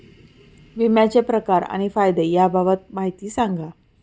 विम्याचे प्रकार आणि फायदे याबाबत माहिती सांगा